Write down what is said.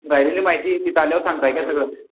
राहिलेली माहिती तिथं आल्यावर सांगत आहे काय सगळं